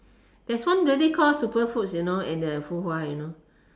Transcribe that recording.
there's one really call super foods you know in the Fuhua you know